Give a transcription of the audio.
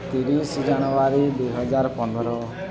ତିରିଶ ଜାନୁଆରୀ ଦୁଇହଜାର ପନ୍ଦର